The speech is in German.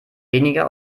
weniger